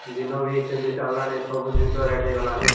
ଦିନ ବି ସେମତି ଚାଲଲାଣି ସବୁ ଜିନିଷ ରେଟ୍ ହେଇ ଗଲାଣି